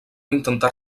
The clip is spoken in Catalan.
intentar